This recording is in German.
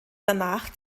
danach